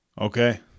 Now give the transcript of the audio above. Okay